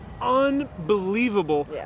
unbelievable